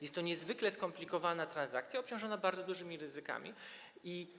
Jest to niezwykle skomplikowana transakcja obciążona bardzo dużym ryzykiem.